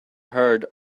heard